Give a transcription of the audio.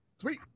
Sweet